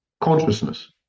consciousness